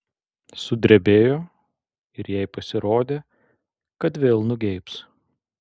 sudrebėjo ir jai pasirodė kad vėl nugeibs